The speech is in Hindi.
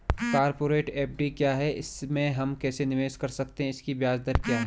कॉरपोरेट एफ.डी क्या है इसमें हम कैसे निवेश कर सकते हैं इसकी ब्याज दर क्या है?